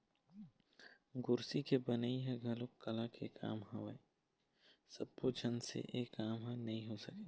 गोरसी के बनई ह घलोक कला के काम हरय सब्बो झन से ए काम ह नइ हो सके